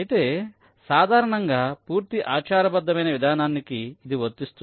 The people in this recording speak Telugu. అయితే సాధారణంగా పూర్తి ఆచారబద్ధమైన విధానానికి ఇది వర్తిస్తుంది